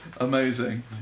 Amazing